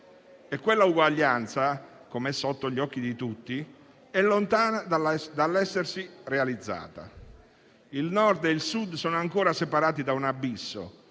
la quale, come è sotto gli occhi di tutti, è lontana dall'essersi realizzata. Il Nord e il Sud sono ancora separati da un abisso: